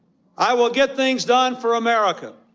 i will get things done for america